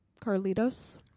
Carlitos